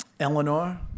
Eleanor